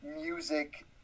music